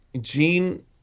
Gene